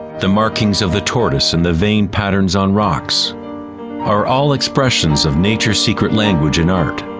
the markings of the tortoise and the veined patterns on rocks are all expressions of nature's secret language and art.